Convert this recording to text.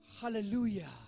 Hallelujah